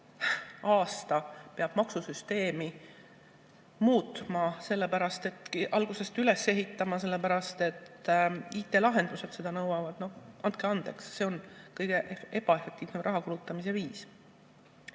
aasta peaks maksusüsteemi muutma, selle algusest üles ehitama, sellepärast et IT-lahendused nõuavad – no andke andeks, see oleks kõige ebaefektiivsem raha kulutamise viis.